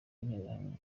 interahamwe